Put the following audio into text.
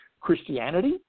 Christianity